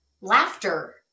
laughter